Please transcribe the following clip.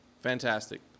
fantastic